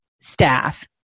staff